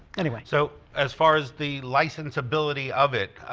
anyway so as far as the license ability of it